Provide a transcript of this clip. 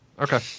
Okay